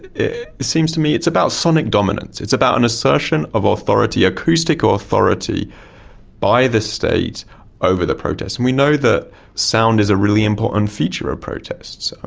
it seems to me it's about sonic dominance, it's about an assertion of authority, acoustic ah authority by the state over the protest. and we know that sound is a really important feature of protests.